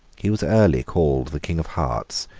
he was early called the king of hearts,